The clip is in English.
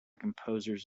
composers